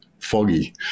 Foggy